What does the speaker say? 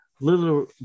Little